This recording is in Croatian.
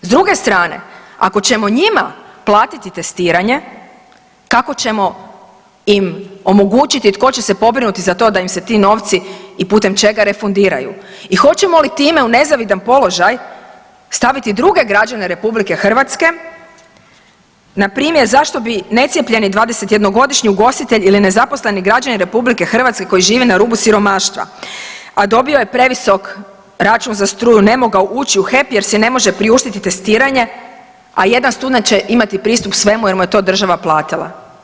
S druge strane, ako ćemo njima platiti testiranje kako ćemo im omogućiti tko će se pobrinuti za to da im se ti novci i putem čega refundiraju i hoćemo li time u nezavidan položaj staviti druge građane RH npr. zašto bi necijepljeni 21-godišnji ugostitelj ili nezaposleni građanin RH koji živi na rubu siromaštva, a dobio je previsok račun za struju ne mogao ući u HEP jer si ne može priuštiti testiranje, a jedan student će imati pristup svemu jer mu je to država platila.